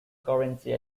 currency